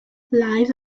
live